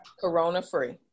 Corona-free